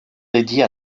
dédiée